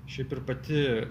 šiaip ir pati